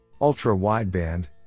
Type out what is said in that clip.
ultra-wideband